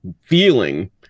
feeling